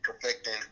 perfecting